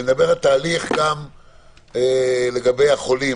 וגם לגבי החולים,